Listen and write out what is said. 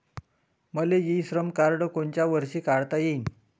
मले e Shram card कोनच्या वर्षी काढता येईन?